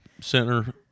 Center